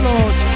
Lord